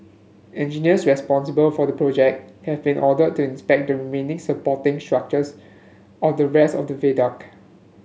engineers responsible for the project have been ordered to inspect the remaining supporting structures of the rest of the viaduct